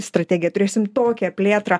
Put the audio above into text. strategiją turėsim tokią plėtrą